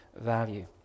value